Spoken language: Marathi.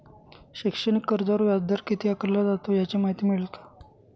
शैक्षणिक कर्जावर व्याजदर किती आकारला जातो? याची माहिती मिळेल का?